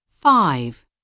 Five